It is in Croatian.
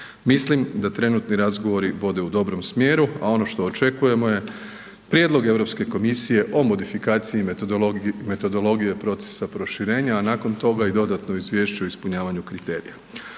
Mislim da trenutni razgovori vode u dobrom smjeru, a ono što očekujemo je prijedlog Europske komisije o modifikaciji i metodologije procesa proširenja, a nakon toga i dodatno izvješće o ispunjavanju kriterija.